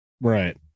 Right